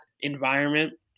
environment